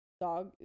dog